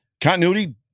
continuity